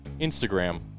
Instagram